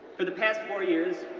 for the past four years,